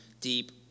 deep